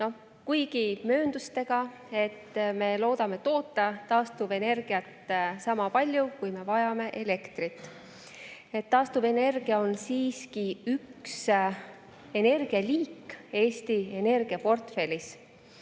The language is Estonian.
kuigi mööndusega, et me loodame toota taastuvenergiat sama palju, kui me elektrit vajame. Taastuvenergia on siiski üks energialiik Eesti energiaportfellis.